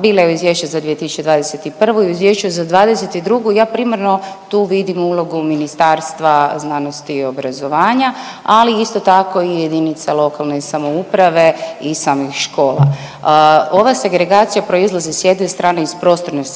bila je u izvješću za 2021. i u izvješću 2022.. Ja primarno tu vidim ulogu Ministarstva znanosti i obrazovanja, ali isto tako i jedinice lokalne samouprave i samih škola. Ova segregacija proizlazi s jedne strane iz prostorne segregacije